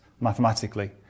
mathematically